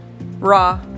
raw